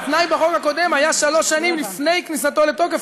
התנאי בחוק הקודם היה שלוש שנים לפני כניסתו לתוקף,